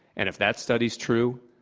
and if that study's true,